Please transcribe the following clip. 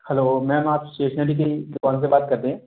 hello ma'am आप stationery की दुकान से बात कर रहे हैं